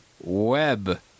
web